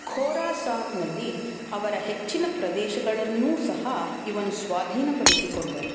ಖೋರಾಸಾನ್ನಲ್ಲಿ ಅವರ ಹೆಚ್ಚಿನ ಪ್ರದೇಶಗಳನ್ನೂ ಸಹ ಇವನು ಸ್ವಾಧೀನಪಡಿಸಿಕೊಂಡನು